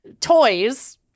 toys